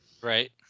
right